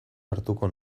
hartuko